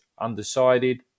undecided